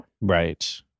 Right